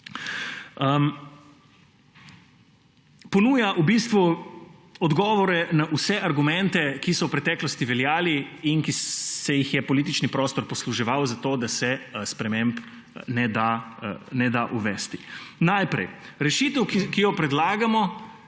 Ponuja odgovore na vse argumente, ki so v preteklosti veljali in ki se jih je politični prostor posluževal, zato da se sprememb ne da uvesti. Najprej. Rešitev, ki jo predlagamo,